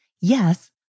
Yes